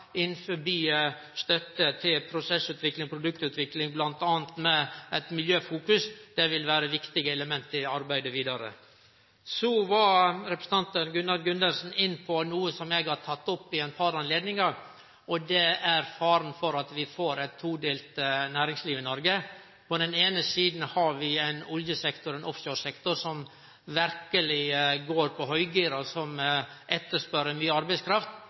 støtte til prosessutvikling og produktutvikling, bl.a. med eit miljøfokus, vil vere viktige element i arbeidet vidare. Så var representanten Gunnar Gundersen inne på noko som eg har teke opp ved eit par anledningar, og det er faren for at vi får eit todelt næringsliv i Noreg. På den eine sida har vi ein oljesektor, offshoresektor, som verkeleg går på høggir, og som etterspør mykje arbeidskraft.